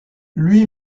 lui